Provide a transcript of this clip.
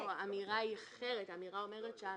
לא, האמירה אומרת שם